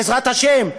"בעזרת השם",